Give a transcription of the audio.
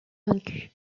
vaincu